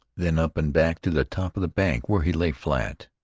then up and back to the top of the bank, where he lay flat.